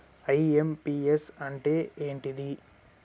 IMPS అంటే ఏంటిది?